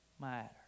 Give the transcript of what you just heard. matter